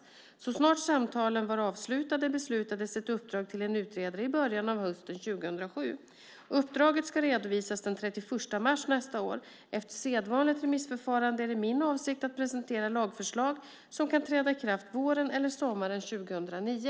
Så snart samtalen var avslutade beslutades ett uppdrag till en utredare i början av hösten 2007. Uppdraget ska redovisas redan den 31 mars nästa år. Efter sedvanligt remissförfarande är det min avsikt att presentera lagförslag som kan träda i kraft våren eller sommaren 2009.